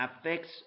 affects